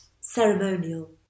ceremonial